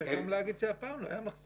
צריך גם להגיד שהפעם לא היה מחסור.